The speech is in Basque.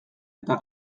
eta